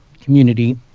community